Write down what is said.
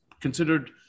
considered